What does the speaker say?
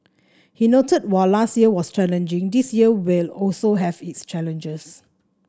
he noted while last year was challenging this year will also have its challenges